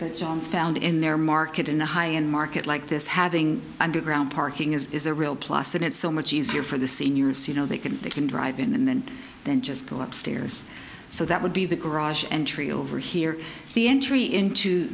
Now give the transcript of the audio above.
that john found in their market in the high end market like this having underground parking is a real plus and it's so much easier for the seniors you know they can they can drive in and then just go up stairs so that would be the garage entry over here the entry into